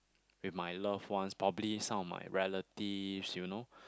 with my loved ones probably some of my relatives you know